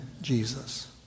Jesus